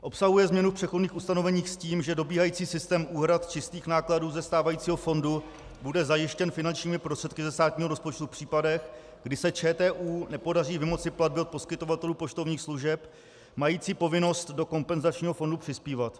Obsahuje změnu přechodných ustanovení s tím, že dobíhající systém úhrad čistých nákladů ze stávajícího fondu bude zajištěn finančními prostředky ze státního rozpočtu v případech, kdy se ČTÚ nepodaří vymoci platby od poskytovatelů poštovních služeb majících povinnost do kompenzačního fondu přispívat.